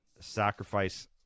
sacrifice